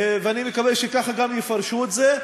ואני מקווה שככה גם יפרשו את זה.